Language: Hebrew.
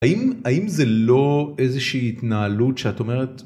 האם זה לא איזושהי התנהלות שאת אומרת.